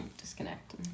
Disconnect